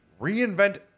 reinvent